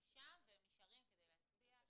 הם שם והם נשארים כדי להצביע.